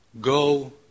go